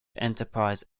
enterprise